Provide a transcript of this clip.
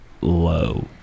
low